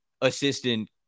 assistant